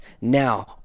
now